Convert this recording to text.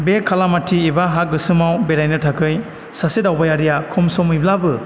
बे खालामाथि एबा हा गोसोमाव बेरायनो थाखाय सासे दावबायारिया खम समैब्लाबो